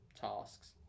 tasks